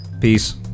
Peace